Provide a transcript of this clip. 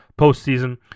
postseason